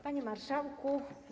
Panie Marszałku!